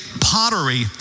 pottery